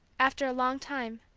after a long time,